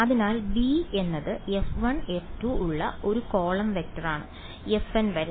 അതിനാൽ b എന്നത് f1 f2 ഉള്ള ഒരു കോളം വെക്ടറാണ് fN വരെ